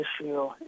issue